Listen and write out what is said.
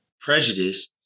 prejudice